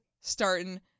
starting